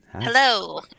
hello